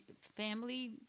family